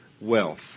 wealth